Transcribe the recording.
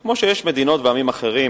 וכמו שיש מדינות ועמים אחרים